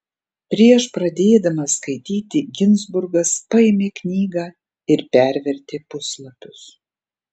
prieš pradėdamas skaityti ginzburgas paėmė knygą ir pervertė puslapius